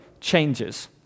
changes